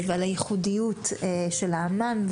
ועל הייחודיות של האמן,